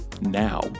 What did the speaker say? now